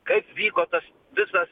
kaip vyko tas visas